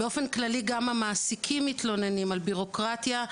באופן כללי, גם המעסיקים מתלוננים על בירוקרטיה,